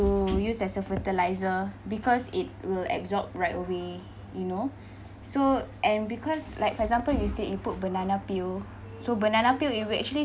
use as a fertilizer because it will absorb right away you know so and because like for example you say you put banana peel so banana peel it will actually